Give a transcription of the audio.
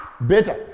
better